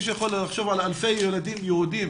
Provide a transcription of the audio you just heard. מישהו יכול לחשוב על אלפי ילדים יהודים